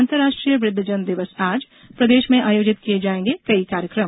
अंतर्राष्ट्रीय वृद्धजन दिवस आज प्रदेश में आयोजित किये जायेंगे कई कार्यक्रम